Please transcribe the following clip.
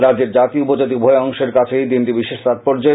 রাজ্যের জাতি উপজাতি উভয় অংশের কাছেই দিনটি বিশেষ তাৎপর্যের